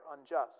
unjust